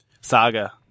Saga